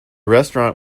restaurant